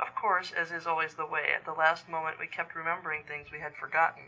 of course, as is always the way, at the last moment we kept remembering things we had forgotten